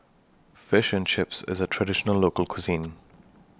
Fish and Chips IS A Traditional Local Cuisine